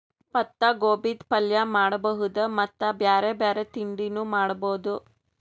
ಪತ್ತಾಗೋಬಿದ್ ಪಲ್ಯ ಮಾಡಬಹುದ್ ಮತ್ತ್ ಬ್ಯಾರೆ ಬ್ಯಾರೆ ತಿಂಡಿನೂ ಮಾಡಬಹುದ್